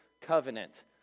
covenant